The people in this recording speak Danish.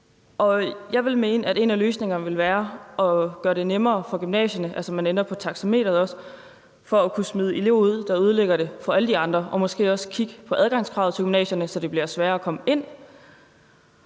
Jeg vil mene, at en af løsningerne vil være at gøre det nemmere for gymnasierne – altså at man også ændrer på taxameteret – at kunne smide elever ud, der ødelægger det for alle de andre, og måske også kigger på adgangskravet til gymnasierne, så det bliver sværere at komme ind